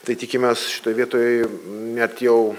tai tikimės šitoj vietoj net jau